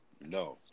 No